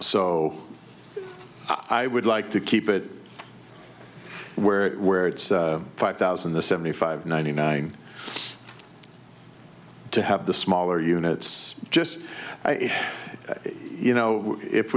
so i would like to keep it where it where it's five thousand to seventy five ninety nine to have the smaller units just you know if